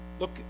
Look